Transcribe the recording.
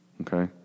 Okay